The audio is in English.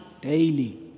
daily